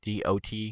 dot